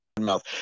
mouth